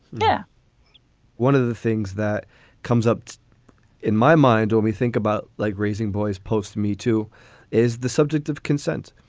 yeah one of the things that comes up in my mind when we think about like raising boys posed to me too is the subject of consent.